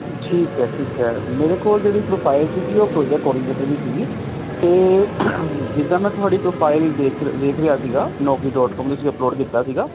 ਠੀਕ ਹੈ ਠੀਕ ਹੈ ਮੇਰੇ ਕੋਲ ਜਿਹੜੀ ਪ੍ਰੋਫਾਈਲ ਸੀਗੀ ਉਹ ਪ੍ਰੋਜੈਕਟ ਕੋਆਡੀਨੇਟਰ ਦੀ ਸੀਗੀ ਅਤੇ ਜਿੱਦਾਂ ਮੈਂ ਤੁਹਾਡੀ ਪ੍ਰੋਫਾਈਲ ਵੇਖ ਦੇਖ ਰਿਹਾ ਸੀਗਾ ਨੌਕਰੀ ਡੋਟ ਕੋਮ 'ਤੇ ਤੁਸੀਂ ਅਪਲੋਡ ਕੀਤਾ ਸੀਗਾ